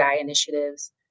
initiatives